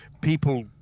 people